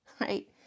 right